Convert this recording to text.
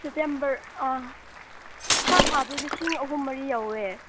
ꯁꯦꯞꯇꯦꯝꯚꯔ ꯑꯥ ꯈꯔ ꯐꯕꯗꯤ ꯂꯤꯁꯤꯡ ꯑꯍꯨꯝ ꯃꯔꯤ ꯌꯧꯋꯦ